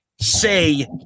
say